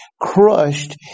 crushed